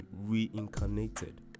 reincarnated